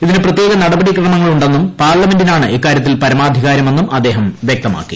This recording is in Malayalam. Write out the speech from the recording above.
ഇതിന് പ്രത്യേക നടപടിക്രമങ്ങളു ന്നും പാർലമെന്റിനാണ് ഇക്കാര്യത്തിൽ പരമാധികാരമെന്നും അദ്ദേഹം വ്യക്തമാക്കി